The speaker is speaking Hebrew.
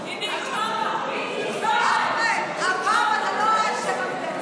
אחמד, הפעם אתה לא האשם הבלעדי.